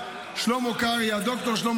זה חילול השם.